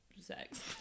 sex